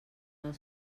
del